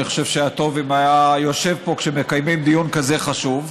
אני חושב שהיה טוב אם הוא היה יושב פה כשמקיימים דיון כזה חשוב.